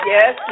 Yes